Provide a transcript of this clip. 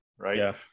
Right